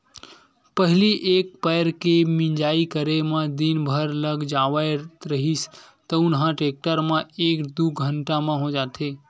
पहिली एक पैर के मिंजई करे म दिन भर लाग जावत रिहिस तउन ह टेक्टर म एक दू घंटा म हो जाथे